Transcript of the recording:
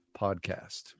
podcast